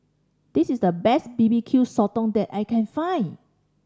this is the best B B Q Sotong that I can find